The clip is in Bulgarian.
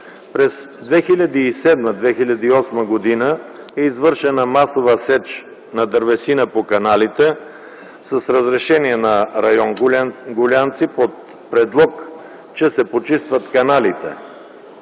През 2007-2008 г. е извършена масова сеч на дървесина по каналите с разрешение на район Гулянци под предлог, че се почистват каналите.